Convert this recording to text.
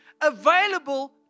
available